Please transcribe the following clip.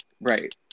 Right